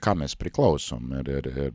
kam mes priklausom ir ir ir